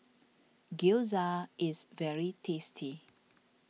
Gyoza is very tasty